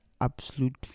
absolute